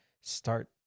start